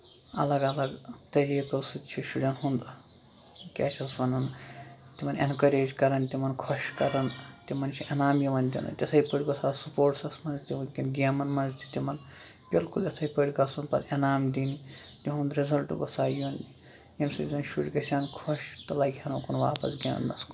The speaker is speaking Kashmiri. الگ الگ طریٖقو سۭتۍ چھِ شُرین ہُند کیاہ چھِ اَتھ وَنان تِمن اینکَریج کران تِمن خۄش کران تِمن چھُ انعام یِوان دِنہٕ تِتھٕے پٲٹھۍ گژھِ آسُن سپوٹسس منٛز تہِ گیمَن منٛز تہِ تِمن بِلکُل یِتھٕے پٲٹھۍ گژھُن پتہٕ انعام دِنۍ تِہُںد رِزلٹ گوٚژھا یُن ییٚمہِ سۭتۍ زَن شُرۍ گژھن خۄش تہٕ لگہِ ہن اُکُن واپَس گِندنَس کُن